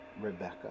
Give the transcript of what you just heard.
Rebecca